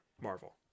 Marvel